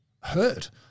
hurt